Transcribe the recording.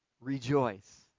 rejoice